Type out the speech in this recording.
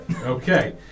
Okay